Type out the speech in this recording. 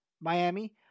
Miami